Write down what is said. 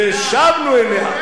ושבנו אליה,